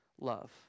love